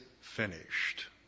finished